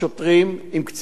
עם קצינים בכירים,